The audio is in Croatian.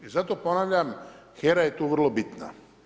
I zato ponavljam HERA je tu vrlo bitna.